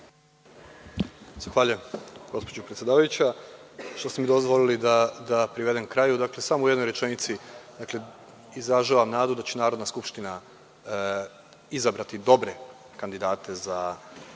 gospođo predsedavajuća što ste mi dozvolili da privedem govor kraju. Samo u jednoj rečenici. Izražavam nadu da će Narodna skupština izabrati dobre kandidate za